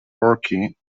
porky